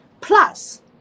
Plus